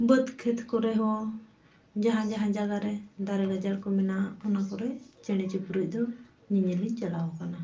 ᱵᱟᱹᱫᱽ ᱠᱷᱮᱛ ᱠᱚᱨᱮ ᱦᱚᱸ ᱡᱟᱦᱟᱸ ᱡᱟᱦᱟᱸ ᱡᱟᱜᱟ ᱨᱮ ᱫᱟᱨᱮ ᱜᱟᱡᱟᱲ ᱠᱚ ᱢᱮᱱᱟᱜᱼᱟ ᱚᱱᱟ ᱠᱚᱨᱮ ᱪᱮᱬᱮ ᱪᱩᱯᱨᱩᱡ ᱫᱚ ᱧᱮᱧᱮᱞᱤᱧ ᱪᱟᱞᱟᱣ ᱟᱠᱟᱱᱟ